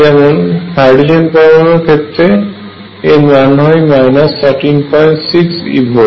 যেমন হাইড্রোজেন পরমাণুর ক্ষেত্রে এর মান হয় 136 eV